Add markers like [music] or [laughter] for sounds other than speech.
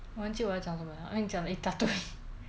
wen jiu 来找你们 ah 因为你讲了一大堆 [laughs]